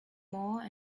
more